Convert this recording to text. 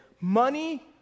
Money